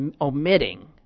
omitting